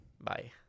Bye